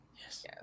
Yes